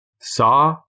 Saw